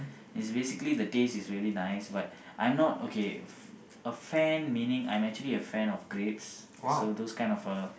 is basically the taste is very nice but I'm not okay f~ a fan meaning I'm a fan of grapes so those kind of a